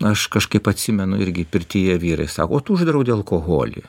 aš kažkaip atsimenu irgi pirtyje vyrai sako uždraudė alkoholį